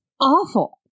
awful